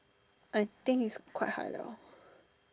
I think is quite high liao